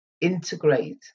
integrate